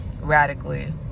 radically